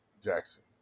Jackson